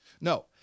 No